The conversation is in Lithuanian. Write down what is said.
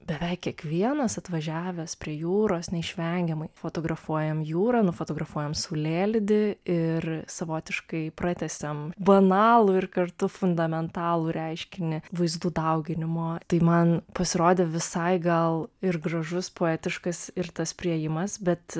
beveik kiekvienas atvažiavęs prie jūros neišvengiamai fotografuojam jūrą nufotografuojam saulėlydį ir savotiškai pratęsiame banalų ir kartu fundamentalų reiškinį vaizdų dauginimo tai man pasirodė visai gal ir gražus poetiškas ir tas priėjimas bet